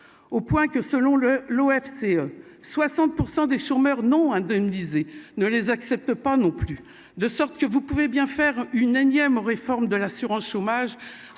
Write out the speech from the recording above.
au point que, selon le l'OFCE 60 %. Des chômeurs non indemnisés ne les accepte pas non plus, de sorte que vous pouvez bien faire une énième réforme de l'assurance chômage,